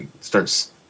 starts